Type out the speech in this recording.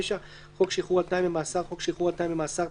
"חוק שחרור על-תנאי ממאסר" חוק שחרור על-תנאי ממאסר,